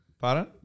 Pardon